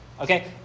Okay